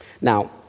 Now